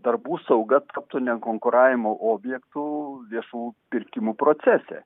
darbų sauga taptų nekonkuravimo objektu viešų pirkimų procese